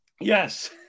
Yes